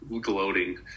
gloating